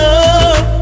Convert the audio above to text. Love